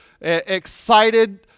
excited